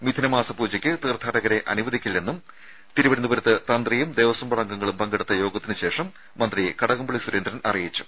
മിഥുനമാസ പൂജയ്ക്ക് തീർത്ഥാടകരെ അനുവദിക്കില്ലെന്നും തിരുവനന്തപുരത്ത് തന്ത്രിയും ദേവസ്വം ബോർഡ് അംഗങ്ങളും പങ്കെടുത്ത യോഗത്തിന് ശേഷം മന്ത്രി കടകംപള്ളി സുരേന്ദ്രൻ അറിയിച്ചു